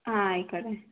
ആ ആയിക്കോട്ടെ